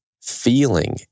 feeling